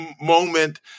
Moment